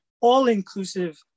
all-inclusive